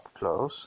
close